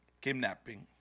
Kidnapping